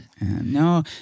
no